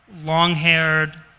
long-haired